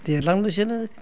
देरलांनोसैयानो